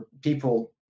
people